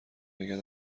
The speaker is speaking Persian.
واگر